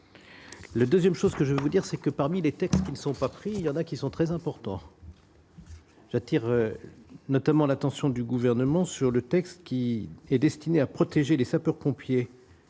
le 2ème, chose que je peux vous dire c'est que parmi les textes qui ne sont pas pris, il y en a qui sont très importants, j'attire notamment l'attention du gouvernement sur le texte qui est destiné à protéger les sapeurs-pompiers